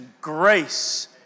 grace